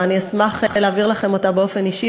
אני אשמח להעביר לכם אותה באופן אישי,